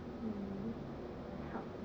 mm tough